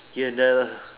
here and there lah